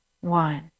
one